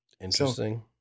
Interesting